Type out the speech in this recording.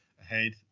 ahead